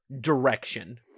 direction